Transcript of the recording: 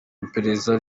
iperereza